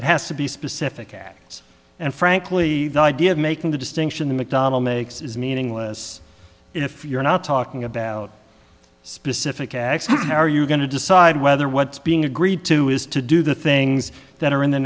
it has to be specific acts and frankly the idea of making the distinction the mcdonnell makes is meaningless if you're not talking about specific acts are you going to decide whether what's being agreed to is to do the things that